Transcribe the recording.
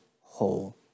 whole